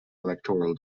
electoral